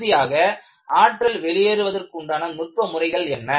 இறுதியாக ஆற்றல் வெளியேறுவதற்குண்டான நுட்ப முறைகள் என்ன